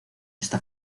esta